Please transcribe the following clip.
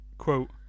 Quote